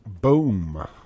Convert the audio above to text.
Boom